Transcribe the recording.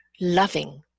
loving